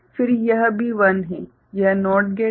फिर यह भी 1 है यह NOT गेट है